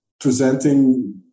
presenting